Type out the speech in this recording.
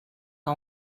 que